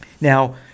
now